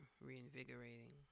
reinvigorating